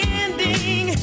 ending